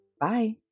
Bye